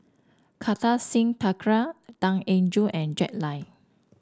Kartar Singh Thakral Tan Eng Joo and Jack Lai